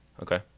Okay